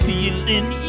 Feeling